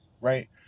right